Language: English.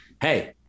hey